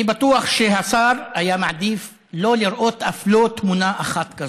אני בטוח שסגן השר היה מעדיף לא לראות אף לא תמונה אחת כזאת,